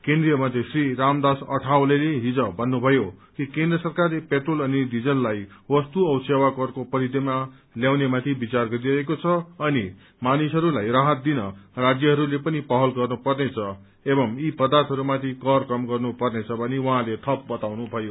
केन्द्रीय मन्त्री श्री रामदास अठावलेले हिज भन्नुभयो कि केन्द्र सरकारले पेट्रोल अनि डीजललाई वस्तु औ सेवाकरको परिधिमा त्याउनेमाथि विचार गरिरहेको छ अनि मानिसहरूलाई राहत दिन राज्यहरूले पनि पहल गर्नु पर्नेछ एवं यी पदार्थहरूमाथि कर कम गर्नु पर्नेछ भनी उहाँले थप बताउनु भयो